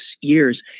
years